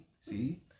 see